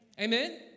Amen